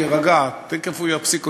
השעה 17:00. תירגע, תכף הוא יפסיק אותי.